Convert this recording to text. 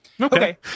okay